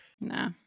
No